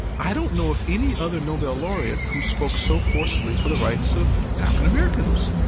i don't know of any other nobel laureate who spoke so forcefully for the rights of african americans